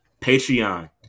Patreon